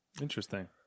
Interesting